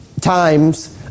times